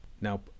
now